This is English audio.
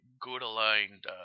good-aligned